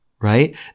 right